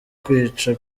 kwica